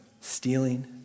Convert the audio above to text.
stealing